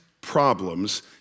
problems